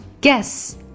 Guess